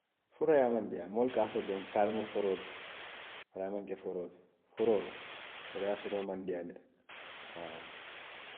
Foroyaa maŋ diyaa moolu ka a fo le doroŋ kaari mu foroo ti, bari a maŋ ke foroo ti, foroo, foroyaa sotoo maŋ diyaa de haa